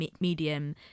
medium